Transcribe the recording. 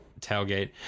tailgate